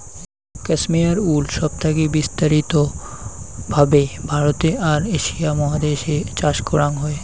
cashmere wool সব থাকি বিস্তারিত ভাবে ভারতে আর এশিয়া মহাদেশ এ চাষ করাং হই